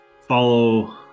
follow